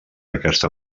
aquesta